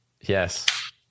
yes